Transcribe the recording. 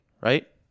right